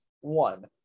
one